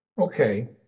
Okay